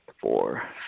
four